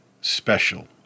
special